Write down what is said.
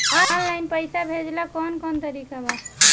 Online पइसा भेजेला कवन कवन तरीका बा?